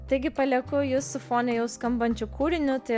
taigi palieku jus su fone jau skambančiu kūriniu tai